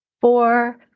four